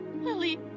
Lily